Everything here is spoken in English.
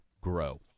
grow